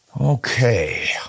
Okay